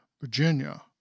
Virginia